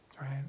right